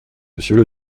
monsieur